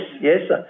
yes